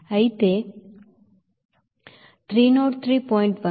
అయితే 303